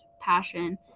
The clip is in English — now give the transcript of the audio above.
passion